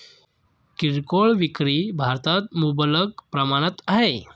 किरकोळ विक्री भारतात मुबलक प्रमाणात आहे